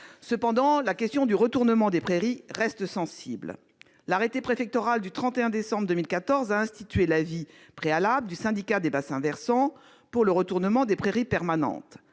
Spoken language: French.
Cependant, la question du retournement des prairies reste sensible. L'arrêté préfectoral du 31 décembre 2014 a institué l'avis préalable du syndicat des bassins versants pour le retournement des prairies permanentes.